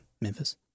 Memphis